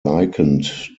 likened